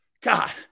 God